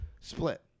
split